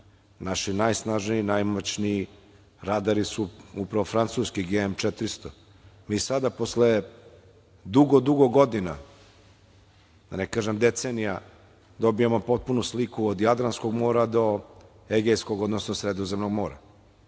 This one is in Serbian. Naši najsnažniji i najmoćniji radari su upravo francuski GM 400.Sada, posle dugo, dugo godina, da ne kažem decenija, dobijamo potpunu sliku od Jadranskog mora do Egejskog, odnosno Sredozemnog mora.